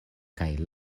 kaj